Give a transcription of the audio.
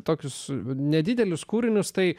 tokius nedidelius kūrinius tai